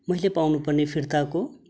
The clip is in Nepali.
मैले पाउनु पर्ने फिर्ताको